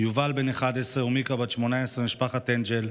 יובל, בת 11, ומיקה, בת 18, משפחת אנגל,